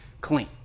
clean